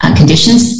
conditions